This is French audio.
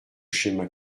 schéma